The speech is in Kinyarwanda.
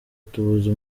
tubuze